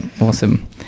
awesome